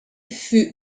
fut